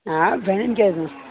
آ بَنن کیازِنہٕ